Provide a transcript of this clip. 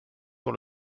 dans